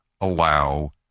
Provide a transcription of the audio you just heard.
allow